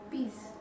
Peace